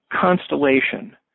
constellation